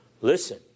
listen